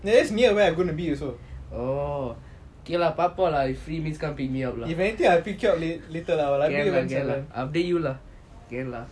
K lah பாப்போம்:paapom lah if free please come pick me up lah okay lah I will update you lah